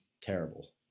terrible